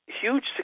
huge